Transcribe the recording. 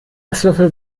esslöffel